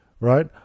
right